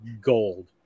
gold